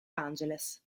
angeles